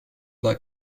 like